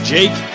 Jake